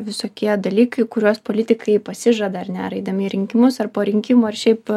visokie dalykai kuriuos politikai pasižada ar ne ar eidami į rinkimus ar po rinkimų ar šiaip